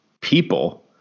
people